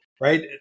right